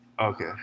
okay